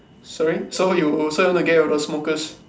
sorry so you so you want to get rid of the smokers